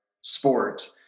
sport